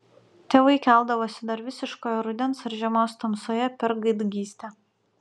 tėvai keldavosi dar visiškoje rudens ar žiemos tamsoje per gaidgystę